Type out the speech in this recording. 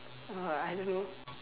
uh I don't know